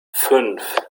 fünf